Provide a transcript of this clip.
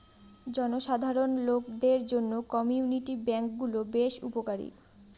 জনসাধারণ লোকদের জন্য কমিউনিটি ব্যাঙ্ক গুলো বেশ উপকারী